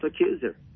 accuser